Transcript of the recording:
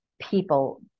people